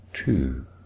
Two